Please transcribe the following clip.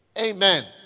Amen